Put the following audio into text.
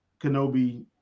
kenobi